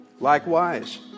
Likewise